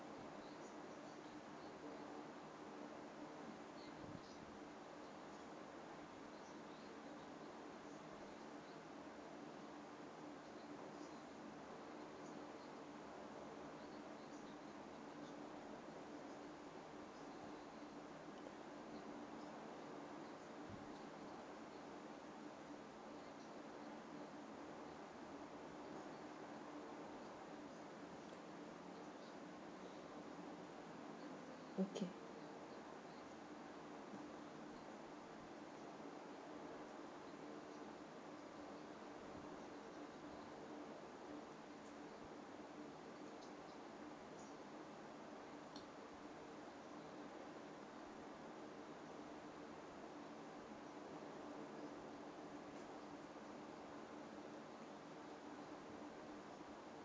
okay